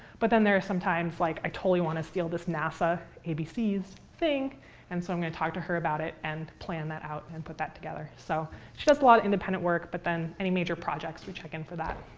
but then there are some times, like, i totally want to steal this nasa abcs thing and so i'm going to talk to her about it and plan that out and put that together. so she does a lot of independent work, but then any major projects, we check in for that.